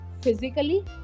physically